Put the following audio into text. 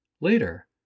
Later